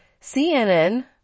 CNN